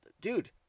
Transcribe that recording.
dude